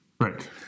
Right